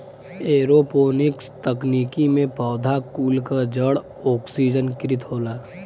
aeroponics तकनीकी में पौधा कुल क जड़ ओक्सिजनकृत होला